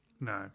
No